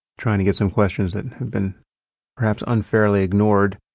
trying to get some questions that and have been perhaps unfairly ignored.